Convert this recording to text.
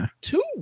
two